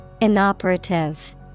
Inoperative